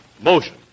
motion